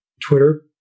Twitter